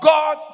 God